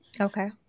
Okay